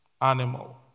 animal